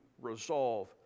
resolve